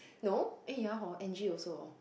no eh ya hor Angie also hor